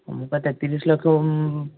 ମୁଁ ପା ତିରିଶ ଲକ୍ଷ